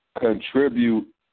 contribute